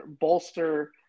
bolster